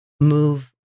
move